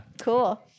Cool